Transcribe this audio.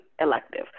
elective